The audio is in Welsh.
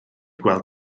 gweld